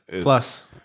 Plus